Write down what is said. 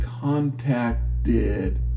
contacted